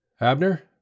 Abner